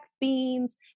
beans